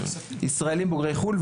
ישראלים בוגרי חו"ל,